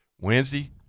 Wednesday